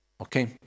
Okay